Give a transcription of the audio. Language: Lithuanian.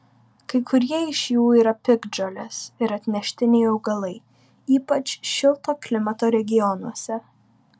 kai kurie iš jų yra piktžolės ir atneštiniai augalai ypač šilto klimato regionuose